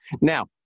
Now